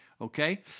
Okay